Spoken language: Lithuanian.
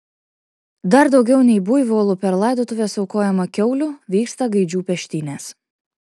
dar daugiau nei buivolų per laidotuves aukojama kiaulių vyksta gaidžių peštynės